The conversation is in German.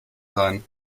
sein